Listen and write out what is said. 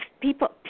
people